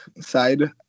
side